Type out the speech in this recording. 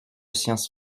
science